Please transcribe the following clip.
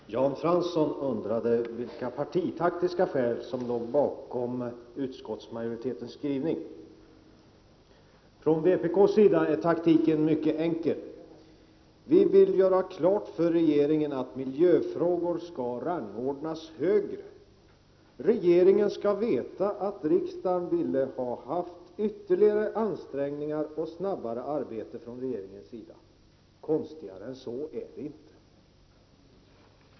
Herr talman! Jan Fransson undrade vilka partitaktiska skäl som låg bakom utskottsmajoritetens skrivning. Från vpk:s sida är taktiken mycket enkel. Vi vill göra klart för regeringen att miljöfrågor skall rangordnas högre. Regeringen skall veta att riksdagen önskade ytterligare ansträngningar och snabbare arbete från regeringens sida. Konstigare än så är det inte.